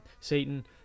satan